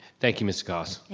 thank you ms. goss.